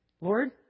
Lord